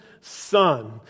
son